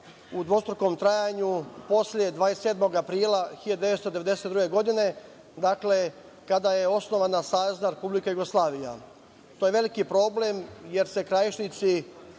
u dvostrukom trajanju posle 27. aprila 1992. godine, dakle kada je osnovana Savezna Republika Jugoslavija. To je veliki problem, jer se Krajišnici